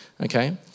Okay